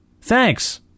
Thanks